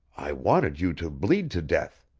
i wanted you to bleed to death.